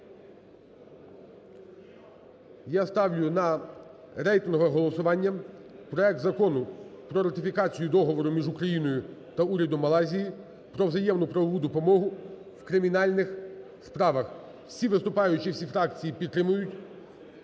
Я ставлю на рейтингове голосування проект Закону про ратифікацію Договору між Україною та Урядом Малайзії про взаємну правову допомогу в кримінальних справах. Всі виступаючі, всі фракції підтримують